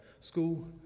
school